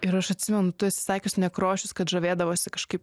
ir aš atsimenu tu esi sakius nekrošius kad žavėdavosi kažkaip